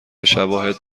شواهد